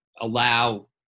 allow